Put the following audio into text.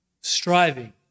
striving